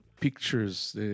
pictures